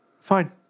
Fine